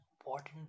important